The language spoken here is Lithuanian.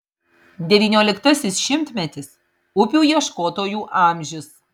devynioliktasis šimtmetis upių ieškotojų amžius